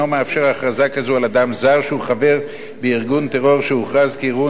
כזו על אדם זר שהוא חבר בארגון טרור שהוכרז כארגון טרוריסטי,